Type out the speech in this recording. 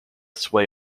sway